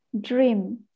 dream